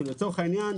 לצורך העניין,